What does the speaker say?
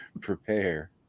prepare